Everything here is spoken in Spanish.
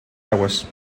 aguas